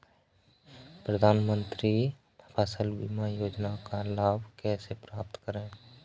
प्रधानमंत्री फसल बीमा योजना का लाभ कैसे प्राप्त करें?